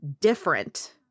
different